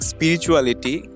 Spirituality